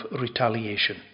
retaliation